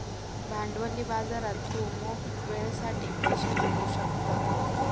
भांडवली बाजारात तू मोप वेळेसाठी पैशे जोडू शकतं